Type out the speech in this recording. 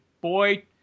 boy